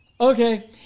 Okay